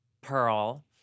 Pearl